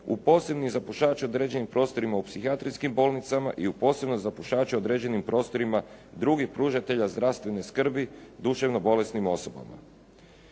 u posebni za pušače određenim prostorima u psihijatrijskim bolnicama i u posebno za pušače određenim prostorima drugih pružatelja zdravstvene skrbi, duševno bolesnim osobama.